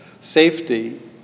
safety